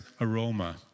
aroma